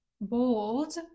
bold